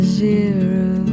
zero